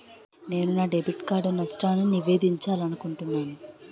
నేను నా debit card నష్టాన్ని నివేదించాలనుకుంటున్నాను